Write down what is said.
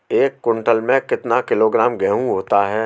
एक क्विंटल में कितना किलोग्राम गेहूँ होता है?